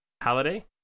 Halliday